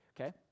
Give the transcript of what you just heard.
Okay